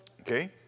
okay